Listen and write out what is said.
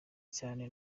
cyane